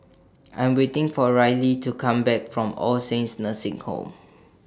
I Am waiting For Rillie to Come Back from All Saints Nursing Home